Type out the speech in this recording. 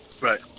Right